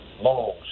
long